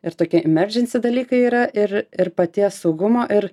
ir tokie emergency dalykai yra ir ir paties saugumo ir